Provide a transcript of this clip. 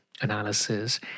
analysis